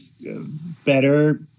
better